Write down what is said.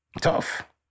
Tough